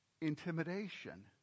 intimidation